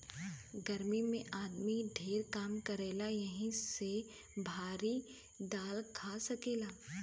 गर्मी मे आदमी ढेर काम करेला यही से भारी दाल खा सकेला